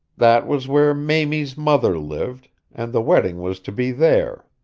that was where mamie's mother lived, and the wedding was to be there.